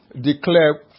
declare